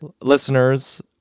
listeners